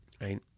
right